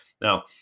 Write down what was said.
now